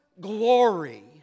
glory